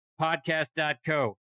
podcast.co